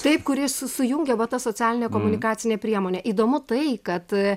taip kuri su sujungia vat ta socialinė komunikacinė priemonė įdomu tai kad